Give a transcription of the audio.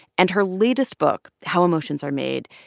and her latest book, how emotions are made,